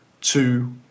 two